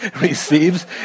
receives